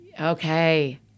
Okay